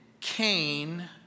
Cain